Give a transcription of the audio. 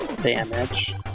Damage